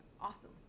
awesome